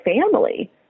family